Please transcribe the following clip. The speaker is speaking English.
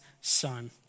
son